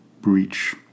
breach